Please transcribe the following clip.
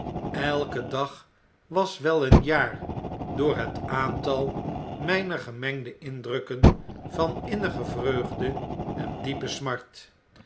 elke dag was wel een jaar door bet aantal myner gemengde indrukken van innige vreugde en diepe smart